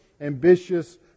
ambitious